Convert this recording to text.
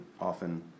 often